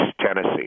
Tennessee